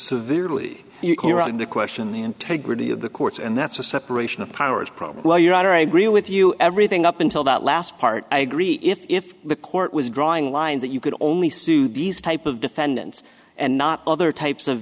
severely you can run the question the integrity of the courts and that's a separation of powers problem well your honor i agree with you everything up until that last part i agree if the court was drawing lines that you could only sue these type of defendants and not other types of